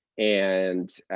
and,